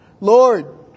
Lord